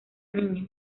niña